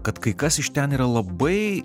kad kai kas iš ten yra labai